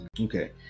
Okay